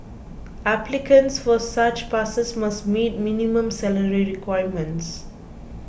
applicants for such passes must meet minimum salary requirements